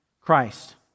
Christ